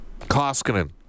Koskinen